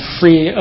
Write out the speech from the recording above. free